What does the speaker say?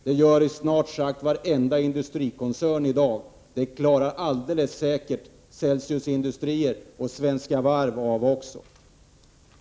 Det sker i snart sagt varenda industrikoncern i dag, och det klarar alldeles säkert Celsius Industrier och Svenska Varv också.